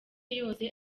yose